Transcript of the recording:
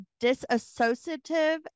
disassociative